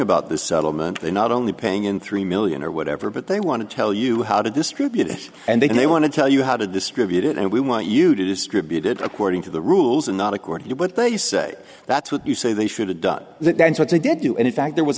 about this settlement they're not only paying in three million or whatever but they want to tell you how to distribute it and they want to tell you how to distribute it and we want you to distribute it ok reading through the rules and not according to what they say that's what you say they should have done then what they did do and in fact there was